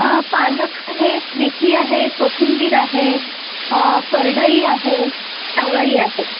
पालक आहे मेथी आहे कोथिंबीर आहे करडई आहे चवळी आहे